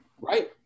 Right